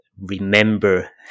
remember